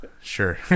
Sure